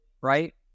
right